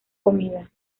comida